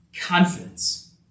confidence